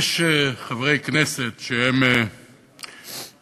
יש חברי כנסת שהם עיתונאים,